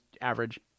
average